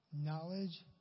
knowledge